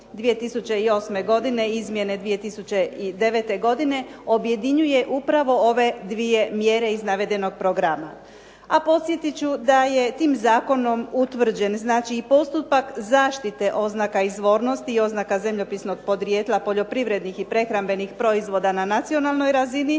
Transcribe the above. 2008. godine, izmjene 2009. godine objedinjuje upravo ove dvije mjere iz navedenog programa. A podsjetit ću da je tim zakonom utvrđen, znači i postupak zaštite oznaka izvornosti i oznaka zemljopisnog podrijetla poljoprivrednih i prehrambenih proizvoda na nacionalnoj razini,